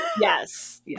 yes